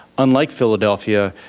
unlike philadelphia,